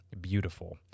beautiful